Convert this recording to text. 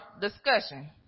discussion